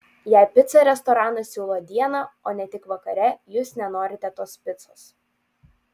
jei picą restoranas siūlo dieną o ne tik vakare jūs nenorite tos picos